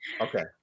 Okay